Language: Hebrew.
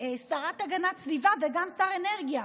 שרה להגנת סביבה וגם שר אנרגיה,